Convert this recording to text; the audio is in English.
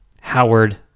Howard